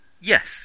Yes